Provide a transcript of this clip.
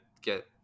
get